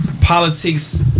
Politics